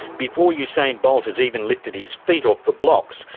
before usain bolt has even lifted his feet off the blocks,